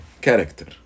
character